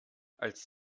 als